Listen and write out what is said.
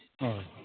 ꯑꯧ